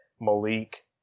Malik